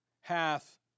hath